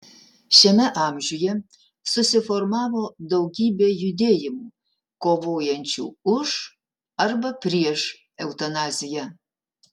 šiame amžiuje susiformavo daugybė judėjimų kovojančių už arba prieš eutanaziją